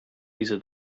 diese